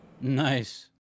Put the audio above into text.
Nice